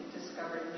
discovered